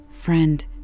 friend